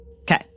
Okay